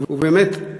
ובאמת,